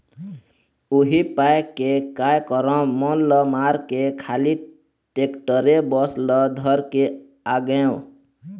उही पाय के काय करँव मन ल मारके खाली टेक्टरे बस ल धर के आगेंव